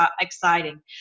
exciting